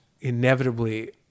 inevitably